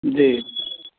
जी